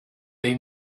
they